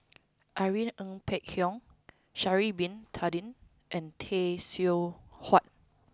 irene Ng Phek Hoong Sha'ari bin Tadin and Tay Seow Huah